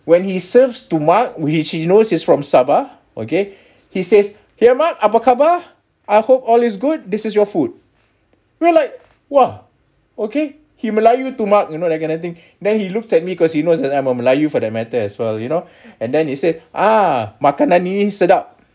when he serves to mark which he knows he's from sabah okay he says here mark apa khabar I hope all is good this is your food we're like woah okay he melayu to mark you know that kind of thing then he looked at me because he knows that I'm a melayu for that matter as well you know and then he said ah makanan ini sedap